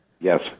Yes